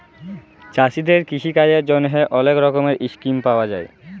চাষীদের কিষিকাজের জ্যনহে অলেক রকমের ইসকিম পাউয়া যায়